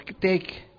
take